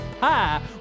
Pie